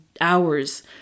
hours